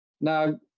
Now